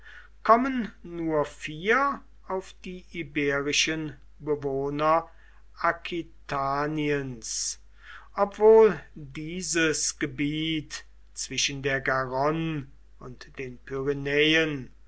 kommen nur vier auf die iberischen bewohner aquitaniens obwohl dieses gebiet zwischen der garonne und den